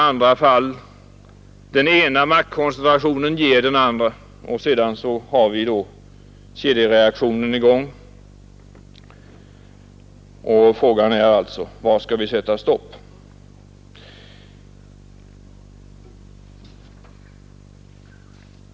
Denna ökade maktkoncentration ger andra, och sedan har vi kedjereaktionen i gång. Frågan är alltså: Var skall vi sätta stopp?